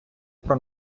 про